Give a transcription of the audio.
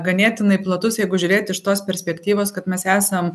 ganėtinai platus jeigu žiūrėt iš tos perspektyvos kad mes esam